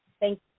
Thank